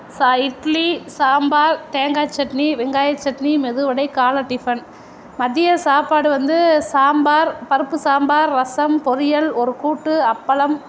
இட்லி சாம்பார் தேங்காய் சட்னி வெங்காய சட்னி மெதுவடை காலை டிஃபன் மதிய சாப்பாடு வந்து சாம்பார் பருப்பு சாம்பார் ரசம் பொரியல் ஒரு கூட்டு அப்பளம்